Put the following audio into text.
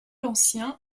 anciens